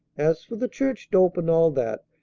as for the church dope and all that,